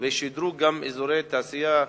וגם לשדרג אזורי תעשייה נוספים,